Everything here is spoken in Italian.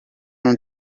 non